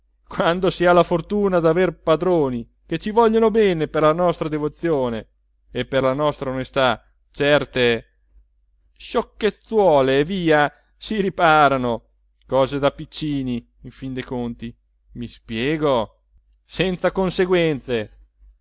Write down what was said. quando si ha la fortuna d'aver padroni che ci vogliono bene per la nostra devozione e per la nostra onestà certe sciocchezzole via si riparano cose da piccini in fin dei conti mi spiego senza conseguenze